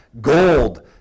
Gold